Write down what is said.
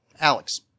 Alex